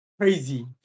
crazy